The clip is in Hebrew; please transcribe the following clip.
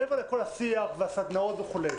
מעבר לכל השיח והסדנאות וכולי.